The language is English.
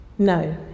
No